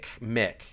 mick